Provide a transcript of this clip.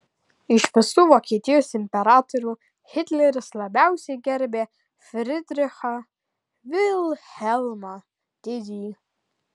iš visų vokietijos imperatorių hitleris labiausiai gerbė fridrichą vilhelmą didįjį